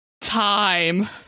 time